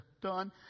done